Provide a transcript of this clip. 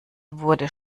wurde